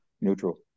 neutral